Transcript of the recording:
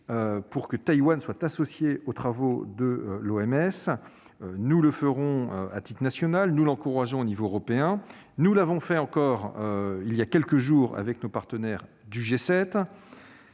pour que Taïwan soit associée aux travaux de l'OMS. Nous le ferons à titre national, nous l'encourageons au niveau européen, nous l'avons fait encore il y a quelques jours avec nos partenaires du G7.